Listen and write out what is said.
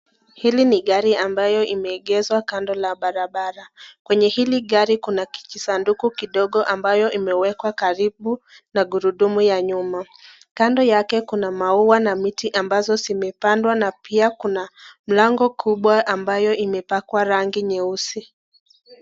Hili ni gari ambayo imeegeshwa kando la Barabara, kwenye hili Gari Kuna kijisanduku kidogo ambayo imewekwa karibu na gurudumu ya nyuma kando yake Kuna maua na miti ambazo zimepandwa na pia Kuna mlango kubwa ambayo imepakwa rangi nyeusi.